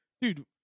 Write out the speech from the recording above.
dude